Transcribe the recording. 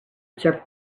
observe